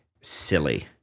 silly